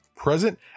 present